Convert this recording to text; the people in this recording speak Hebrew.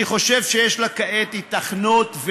אני חושב שיש לה כעת היתכנות,